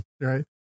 right